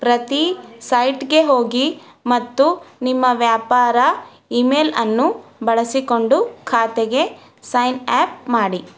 ಪ್ರತಿ ಸೈಟ್ಗೆ ಹೋಗಿ ಮತ್ತು ನಿಮ್ಮ ವ್ಯಾಪಾರ ಇಮೇಲನ್ನು ಬಳಸಿಕೊಂಡು ಖಾತೆಗೆ ಸೈನ್ ಆ್ಯಪ್ ಮಾಡಿ